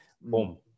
boom